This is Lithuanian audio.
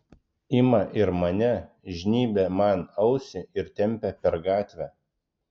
ima ir mane žnybia man ausį ir tempia per gatvę